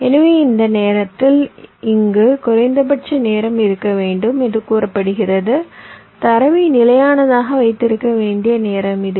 எனவே இந்த நேரத்தில் இங்கு குறைந்தபட்ச நேரம் இருக்க வேண்டும் என்று கூறப்படுகிறது தரவை நிலையானதாக வைத்திருக்க வேண்டிய நேரம் இது